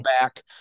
back